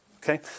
Okay